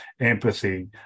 empathy